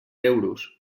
euros